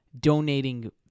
donating